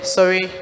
Sorry